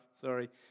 sorry